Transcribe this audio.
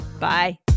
Bye